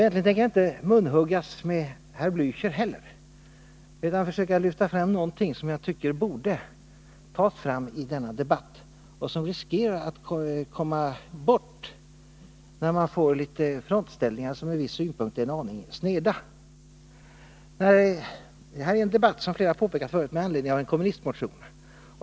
Egentligen tänker jag inte heller munhuggas med herr Blächer, utan vill försöka lyfta fram någonting som jag tycker borde tas fram i denna debatt och som riskerar att komma bort, då man får frontställningar som från en viss synpunkt är en aning sneda. Som många påpekat förut är detta en debatt med anledning av en kommunistmotion.